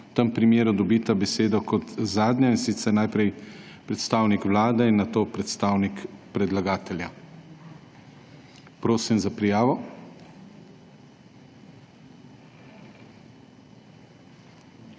V tem primeru dobita besedo kot zadnja, in sicer najprej predstavnik vlade, nato predstavnik predlagatelja. Prosim za prijavo.